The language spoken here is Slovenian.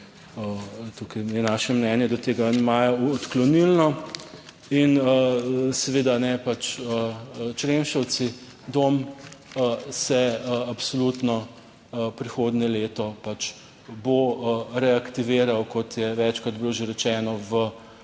tukaj je naše mnenje do tega amandmaja odklonilno. In seveda pač, Črenšovci, dom se absolutno prihodnje leto pač bo reaktiviral, kot je večkrat bilo že rečeno v